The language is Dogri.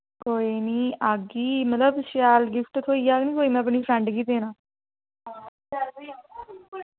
कोई निं औगी मतलब शैल गिफ्ट थ्होई जाह्ग निं कोई में अपनी फ्रेंड गी देना